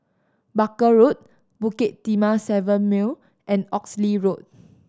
Barker Road Bukit Timah Seven Mile and Oxley Road